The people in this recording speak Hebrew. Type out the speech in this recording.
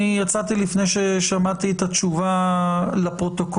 אני יצאתי לפני ששמעתי את התשובה לפרוטוקול